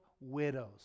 widows